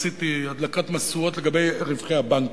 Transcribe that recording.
עשיתי הדלקת משואות לגבי רווחי הבנקים.